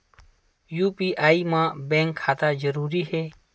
UPI मा bank खाता जरूरी हे?